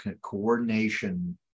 coordination